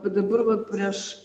va dabar vat prieš